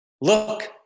Look